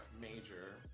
major